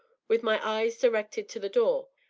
with my eyes directed to the door,